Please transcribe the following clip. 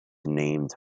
named